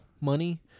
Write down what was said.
money